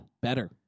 better